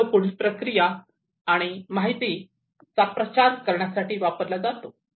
जिथे तो पुढील प्रक्रिया आण माहिती चा प्रसार करण्यासाठी वापरला जातो